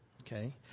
okay